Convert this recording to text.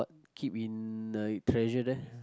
keep in the treasure there